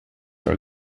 are